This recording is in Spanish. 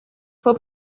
fue